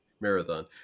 marathon